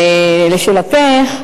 1 2. לשאלתך,